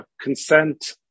Consent